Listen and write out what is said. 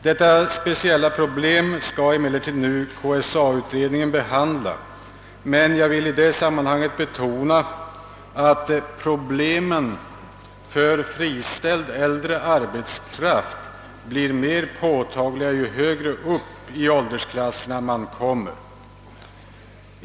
Detta speciella problem skall emellertid nu KSA-utredningen behandla, men jag vill i det sammanhanget betona att problemen för äldre friställd arbetskraft blir mer påtagliga ju högre upp i åldersklasserna man kommer.